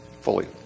fully